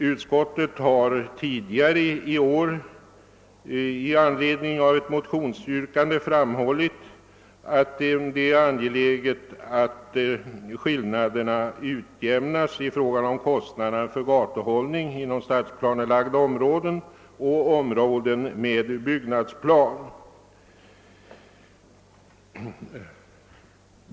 Utskottet har tidigare i år med anledning av motionsyrkande framhållit att det är angeläget att skillnaderna utjämnas i fråga om kostnaderna för gatuhållning inom stadsplanelagda områden och områden med byggnadsplan.